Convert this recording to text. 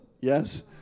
Yes